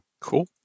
Cool